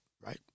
right